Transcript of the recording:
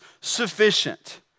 sufficient